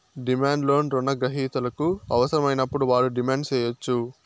demand loan రుణ గ్రహీతలకు అవసరమైనప్పుడు వారు డిమాండ్ సేయచ్చు